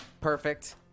Perfect